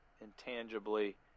intangibly